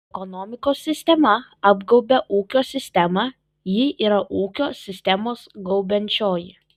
ekonomikos sistema apgaubia ūkio sistemą ji yra ūkio sistemos gaubiančioji